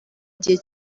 igihe